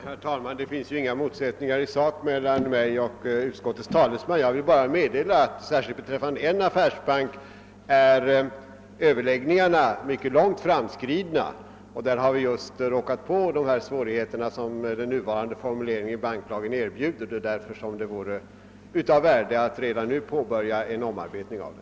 Herr talman! Det finns inga motsättningar i sak mellan mig och utskottets talesman. Jag vill bara meddela att överläggningarna särskilt beträffande en affärsbank är mycket långt framskridna, och där har man just råkat ut för de svårigheter som den nuvarande formuleringen i banklagen erbjuder. Det är därför det vore av värde om en omarbetning av den påbörjades redan nu.